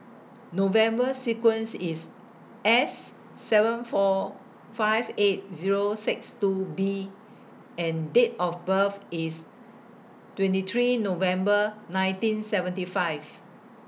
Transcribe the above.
November sequence IS S seven four five eight Zero six two B and Date of birth IS twenty three November nineteen seventy five